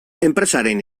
enpresaren